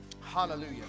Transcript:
Hallelujah